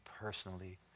personally